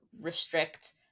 restrict